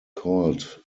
called